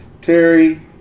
Terry